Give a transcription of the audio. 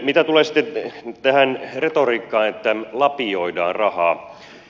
mitä tulee sitten tähän retoriikkaan että lapioidaan rahaa